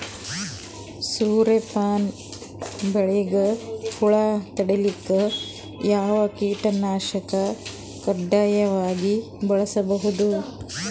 ಸೂರ್ಯಪಾನ ಬೆಳಿಗ ಹುಳ ತಡಿಲಿಕ ಯಾವ ಕೀಟನಾಶಕ ಕಡ್ಡಾಯವಾಗಿ ಬಳಸಬೇಕು?